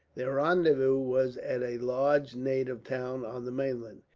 their rendezvous was at a large native town on the mainland,